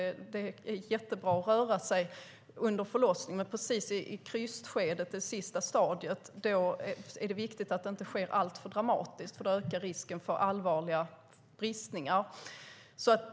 Det är bra att röra sig under förlossningen, men det är viktigt att det sista stadiet - krystskedet - inte sker alltför dramatiskt. Då ökar risken för allvarliga bristningar.